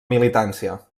militància